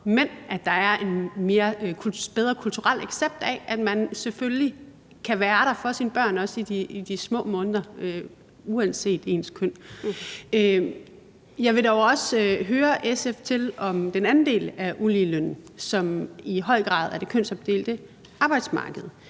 mænd, at der er en bedre kulturel accept af, at man selvfølgelig kan være der for sine børn, også i de første måneder – det er uanset ens køn. Jeg vil dog også høre SF om den anden del af uligelønnen, som i høj grad handler om det kønsopdelte arbejdsmarked.